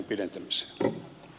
arvoisa puhemies